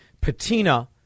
patina